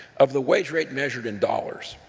of the wage rate measured in dollars.